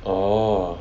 orh